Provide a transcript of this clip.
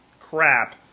crap